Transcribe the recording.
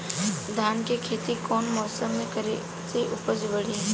धान के खेती कौन मौसम में करे से उपज बढ़ी?